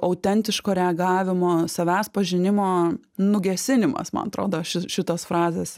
autentiško reagavimo savęs pažinimo nugesinimas man atrodo ši šitos frazės